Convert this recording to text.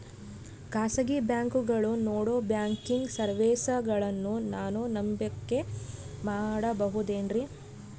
ಖಾಸಗಿ ಬ್ಯಾಂಕುಗಳು ನೇಡೋ ಬ್ಯಾಂಕಿಗ್ ಸರ್ವೇಸಗಳನ್ನು ನಾನು ನಂಬಿಕೆ ಮಾಡಬಹುದೇನ್ರಿ?